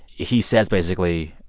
he says, basically,